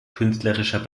künstlerischer